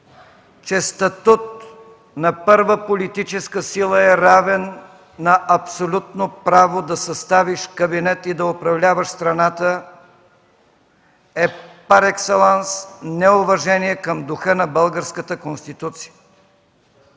че статут на първа политическа сила е равен на абсолютно право да съставиш кабинет и да управляваш страната е парекселанс неуважение към духа на Българската конституция.